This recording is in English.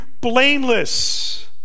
blameless